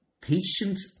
patient